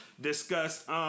discussed—